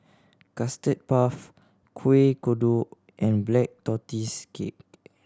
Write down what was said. Custard Puff Kuih Kodok and Black Tortoise Cake